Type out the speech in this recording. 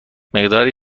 مقداری